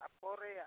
ᱳᱯᱳ ᱨᱮᱭᱟᱜ